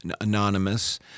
anonymous